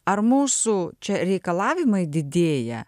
ar mūsų čia reikalavimai didėja